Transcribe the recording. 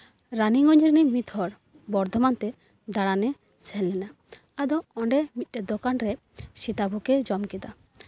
ᱨᱟᱱᱤᱜᱚᱧᱡᱽ ᱨᱤᱱᱤᱡ ᱢᱤᱫ ᱦᱚᱲ ᱵᱚᱨᱫᱷᱚᱢᱟᱱ ᱛᱮ ᱫᱟᱬᱟᱱᱮ ᱥᱮᱱ ᱞᱮᱱᱟ ᱟᱫᱚ ᱚᱸᱰᱮ ᱢᱤᱫᱴᱮᱡ ᱫᱚᱠᱟᱱᱨᱮ ᱥᱤᱛᱟᱵᱷᱳᱜᱽ ᱮ ᱡᱚᱢ ᱠᱮᱫᱟ